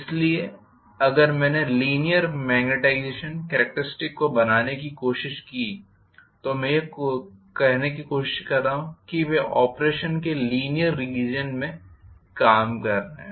इसलिए अगर मैंने मेग्नेटाईज़ेशन कॅरेक्टरिस्टिक्स को बनाने की कोशिश की तो मैं यह कहने की कोशिश कर रहा हूं कि वे ऑपरेशन के लीनीयर रीजन में काम कर रहे हैं